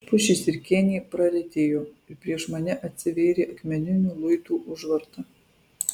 pušys ir kėniai praretėjo ir prieš mane atsivėrė akmeninių luitų užvarta